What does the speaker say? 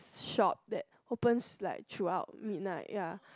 shops that opens like throughout midnight ya